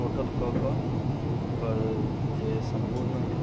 total कऽ कऽ ओकर जे सम्पूर्ण